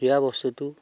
দিয়া বস্তুটো